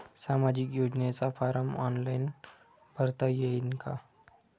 सामाजिक योजनेचा form online भरता येईन का?